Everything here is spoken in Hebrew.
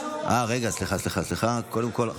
רגע, קודם שיציגו את הצעת החוק.